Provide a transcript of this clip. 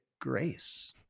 grace